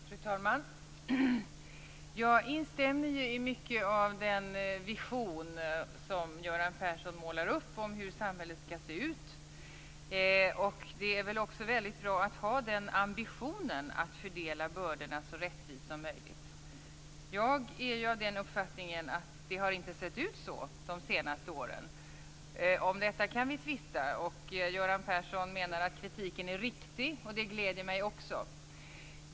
Fru talman! Jag instämmer i mycket av den vision som Göran Persson målar upp om hur samhället skall se ut. Det är också väldigt bra att ha den ambitionen att fördela bördorna så rättvist som möjligt. Jag är av den uppfattningen att det inte har sett ut så de senaste åren. Om detta kan vi tvista. Göran Persson menar att kritiken är riktig, och det gläder mig också.